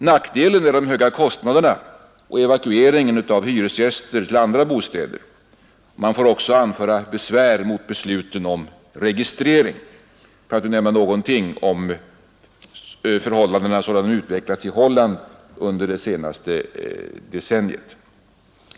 Nackdelen är de höga kostnaderna och evakueringen av hyresgäster till andra bostäder. Man får också anföra besvär mot besluten om registreringen, för att nämna något om förhållandena som de utvecklats i Holland under det senaste decenniet.